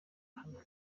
hano